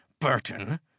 Burton